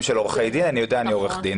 לבין עסק קטן.